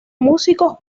músicos